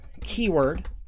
keyword